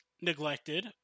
neglected